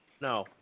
No